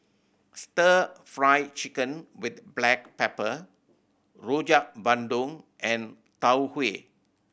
Stir Fry Chicken with black pepper Rojak Bandung and Tau Huay